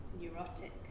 neurotic